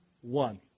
one